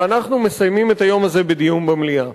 ואנחנו מסיימים את היום הזה בדיון במליאה.